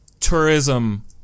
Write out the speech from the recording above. Tourism